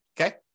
okay